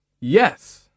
Yes